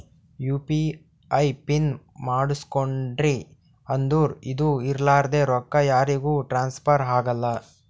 you P I pin ಮಾಡುಸ್ಕೊಂಡ್ರಿ ಅಂದುರ್ ಅದು ಇರ್ಲಾರ್ದೆ ರೊಕ್ಕಾ ಯಾರಿಗೂ ಟ್ರಾನ್ಸ್ಫರ್ ಆಗಲ್ಲಾ